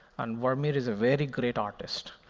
and vermeer is a very great artist.